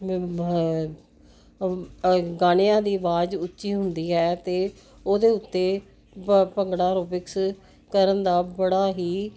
ਗਾਣਿਆਂ ਦੀ ਆਵਾਜ਼ ਉੱਚੀ ਹੁੰਦੀ ਹੈ ਤੇ ਉਹਦੇ ਉੱਤੇ ਭੰਗੜਾ ਐਰੋਬਿਕਸ ਕਰਨ ਦਾ ਬੜਾ ਹੀ